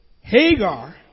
Hagar